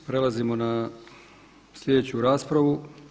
Prelazimo na sljedeću raspravu.